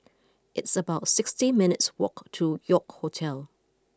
it's about sixty minutes' walk to York Hotel